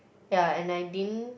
yeah and I didn't